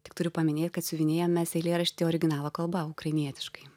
tik turiu paminėt kad siuvinėjam mes eilėraštį originalo kalba ukrainietiškai